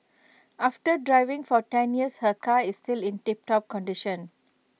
after driving for ten years her car is still in tiptop condition